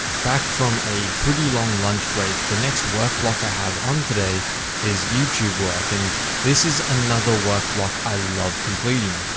back from a pretty long lunch break. the next work block i have on today is youtube work. and this is another work like i love completing.